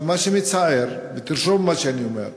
מה שמצער, ותרשום מה שאני אומר,